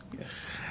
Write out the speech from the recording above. Yes